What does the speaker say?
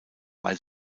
weil